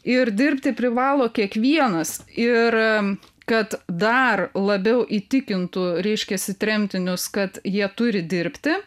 ir dirbti privalo kiekvienas ir kad dar labiau įtikintų reiškiasi tremtinius kad jie turi dirbti